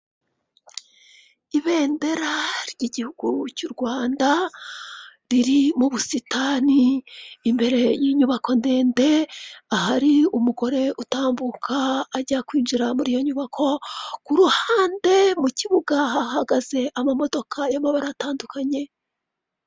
Ibendera ry'gihugu cy'u Rwanda riri mu busitani imbere y'inyubako ndende ahari umugore utambuka ajya kwinjira muri iyo nyubako, ku ruhande mu kibuga hahagaze amamodoka y'amabara atandukanye.